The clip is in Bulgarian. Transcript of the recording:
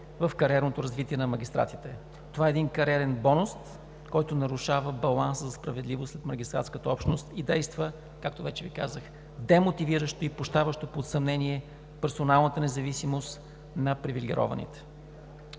в кариерното развитие на магистратите. Това е един кариерен бонус, който нарушава баланса за справедливост сред магистратската общност и действа, както вече Ви казах, демотивиращо и поставящо под съмнение персоналната независимост на привилегированите.